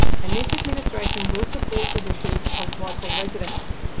and this administration will support the wishes of local residents.